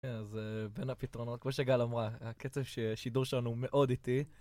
אז בין הפתרונות, כמו שגל אמרה, הקצב של השידור שלנו מאוד איטי.